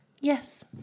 Yes